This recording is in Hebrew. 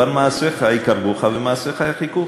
אבל מעשיך יקרבוך ומעשיך ירחיקוך.